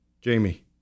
Jamie